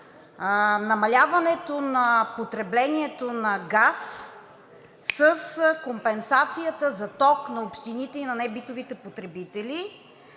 намаляването на потреблението на газ с компенсацията за ток на общините и на небитовите потребители